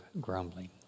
grumbling